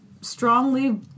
strongly